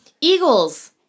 Eagles